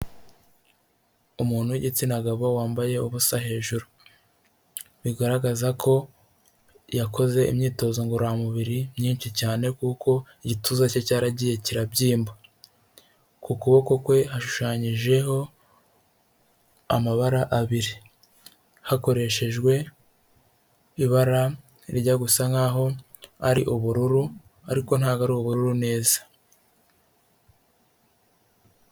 Umuntu w'igitsina gabo wambaye ubusa hejuru bigaragaza ko yakoze imyitozo ngororamubiri myinshi cyane kuko igituza cye cyaragiye kirabyimba ku kuboko kwe hashushanyijeho amabara abiri hakoreshejwe ibara rirya gusa nk'aho ari ubururu ariko ntabwo ari ubururu neza.